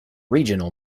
regional